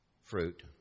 fruit